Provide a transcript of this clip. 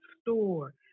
store